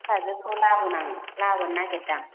फिसाजोखौ लाबोनां लाबोनो नागिरदां